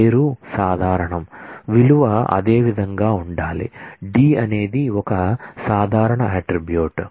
పేరు సాధారణం విలువ అదే విధంగా ఉండాలి D అనేది ఒక సాధారణ అట్ట్రిబ్యూట్